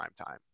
primetime